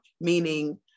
meaning